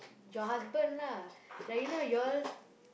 your husband lah like you know you all